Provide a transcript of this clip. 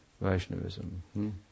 Vaishnavism